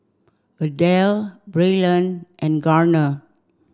Adell Braylen and Garner